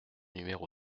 numéro